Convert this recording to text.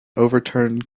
overturned